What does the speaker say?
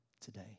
today